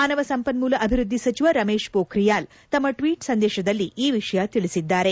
ಮಾನವ ಸಂಪನ್ಮೂಲ ಅಭಿವೃದ್ಧಿ ಸಚಿವ ರಮೇಶ್ ಮೋಬ್ರಿಯಾಲ್ ತಮ್ಮ ಟ್ವೀಟ್ ಸಂದೇಶದಲ್ಲಿ ಈ ವಿಷಯ ತಿಳಿಸಿದ್ದಾರೆ